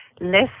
less